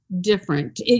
different